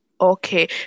Okay